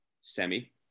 semi